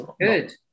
Good